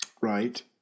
Right